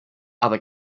other